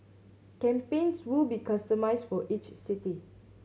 campaigns will be customised for each city